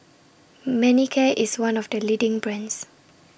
Manicare IS one of The leading brands